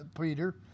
Peter